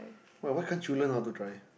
why why can't you learn how to drive